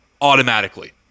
automatically